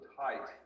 tight